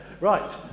Right